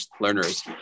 learners